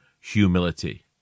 humility